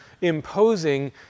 imposing